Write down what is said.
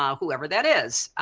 um whoever that is,